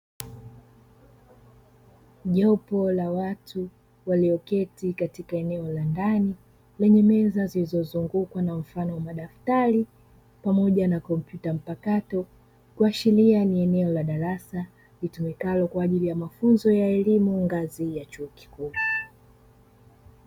Jopo la watu walioketi katika eneo la ndani lenye meza zilizozungukwa na mfano wa mdaftari pamoja na kompyuta mpakato kuashiria ni eneo la darasa litumikalo kwa ajili mafunzo ya elimu ngazi ya chuo kikuu.